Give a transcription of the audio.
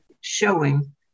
showing